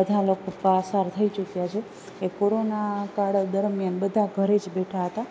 બધા લોકો પસાર થઈ ચૂક્યા છે એ કોરોના કાળ દરમિયાન બધા ઘરે જ બેઠાં હતાં